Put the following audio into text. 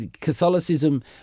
Catholicism